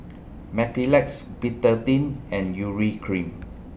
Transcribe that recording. Mepilex Betadine and Urea Cream